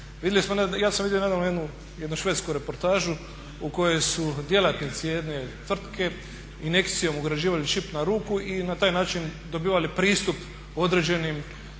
ja sam vidio nedavno jednu švedsku reportažu u kojoj su djelatnici jedne tvrtke injekcijom ugrađivali čip na ruku i na taj način dobivali pristup određenim